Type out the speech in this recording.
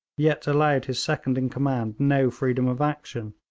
yet allowed his second in command no freedom of action,